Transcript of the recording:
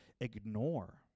Ignore